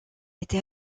était